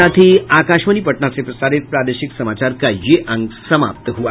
इसके साथ ही आकाशवाणी पटना से प्रसारित प्रादेशिक समाचार का ये अंक समाप्त हुआ